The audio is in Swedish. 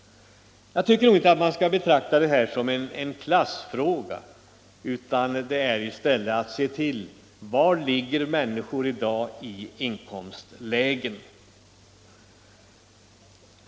Jag anser inte att man här skall tala om klasser. Det gäller i stället att se till vad människor har för inkomstlägen.